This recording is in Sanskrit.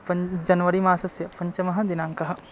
पञ्च जन्वरिमासस्य पञ्चमः दिनाङ्कः